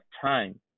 time